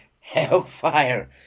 hellfire